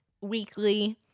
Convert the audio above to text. weekly